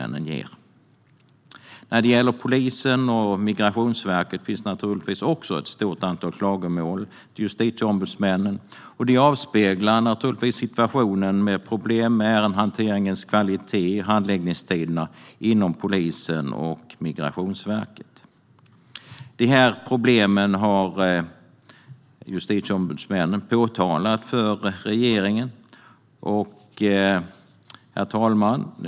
När det gäller polisen och Migrationsverket finns det naturligtvis också ett stort antal klagomål till justitieombudsmännen, och det avspeglar givetvis situationen med problem med ärendehanteringens kvalitet och handläggningstiderna inom polisen och Migrationsverket. De här problemen har justitieombudsmännen påtalat för regeringen. Herr talman!